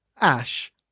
Ash